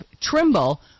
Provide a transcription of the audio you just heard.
Trimble